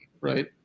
right